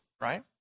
right